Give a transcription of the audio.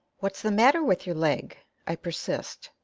what's the matter with your leg? i persist,